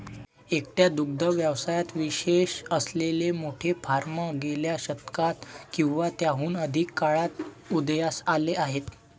एकट्या दुग्ध व्यवसायात विशेष असलेले मोठे फार्म गेल्या शतकात किंवा त्याहून अधिक काळात उदयास आले आहेत